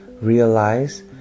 Realize